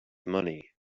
money